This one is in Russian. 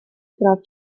прав